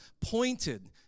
pointed